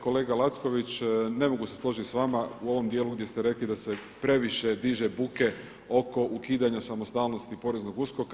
Kolega Lacković, ne mogu se složiti sa vama u ovom dijelu gdje ste rekli da se previše diže buke oko ukidanja samostalnosti poreznog USKOK-a.